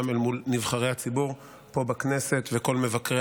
גם אל מול נבחרי הציבור פה בכנסת וכל מבקרי